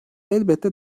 elbette